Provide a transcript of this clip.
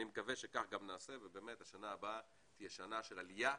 אני מקווה שכך גם נעשה ושבשנה הבאה תהיה שנה של עלייה,